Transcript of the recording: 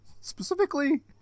specifically